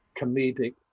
comedic